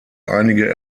einige